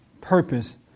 purpose